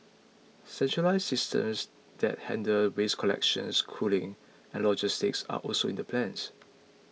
centralised systems that handle waste collection cooling and logistics are also in the plans